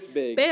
big